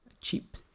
cheap